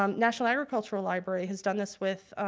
um national agricultural library has done this with,